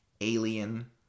Alien